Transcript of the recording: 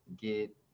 get